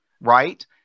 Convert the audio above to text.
right